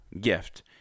gift